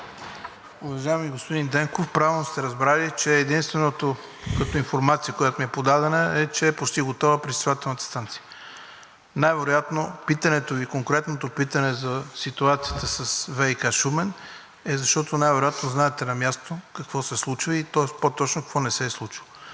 Уважаеми господин Денков, правилно сте разбрали – единственото като информация, която ми е подадена, е, че е почти готова пречиствателната станция. Конкретното Ви питане за ситуацията с ВиК – Шумен, е, защото най-вероятно знаете на място какво се случва, тоест по-точно какво не се е случило.